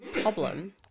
problem